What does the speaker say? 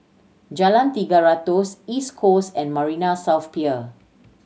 Jalan Tiga Ratus East Coast and Marina South Pier